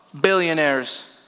billionaires